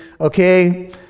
okay